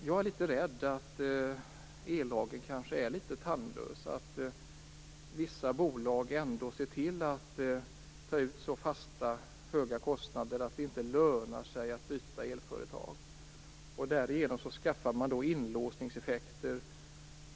Jag är rädd att ellagen är litet tandlös, att vissa bolag ändå ser till att ta ut så höga fasta kostnader att det inte lönar sig att byta elföretag. Därigenom uppstår inlåsningseffekter.